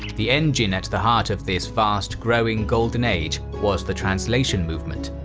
the engine at the heart of this vast, growing golden age was the translation movement.